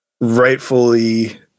rightfully